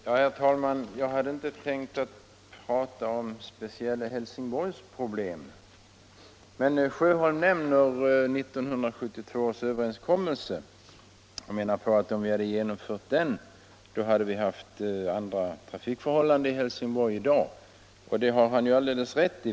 Herr talman! Jag hade inte tänkt prata om speciella Helsingborgsproblem, men jag vill ändå säga några ord med anledning av att herr Sjöholm nämner 1972 års överenskommelse. Han menar att om den hade genomförts så hade trafikförhållandena i Helsingborg varit annorlunda än i dag. Det har han alldeles rätt i.